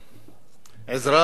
עזרה מינימלית